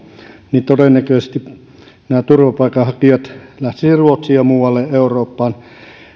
niin todennäköisesti nämä turvapaikanhakijat lähtisivät ruotsiin ja muualle eurooppaan